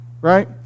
right